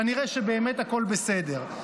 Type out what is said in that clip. כנראה שבאמת הכול בסדר.